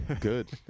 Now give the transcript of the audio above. Good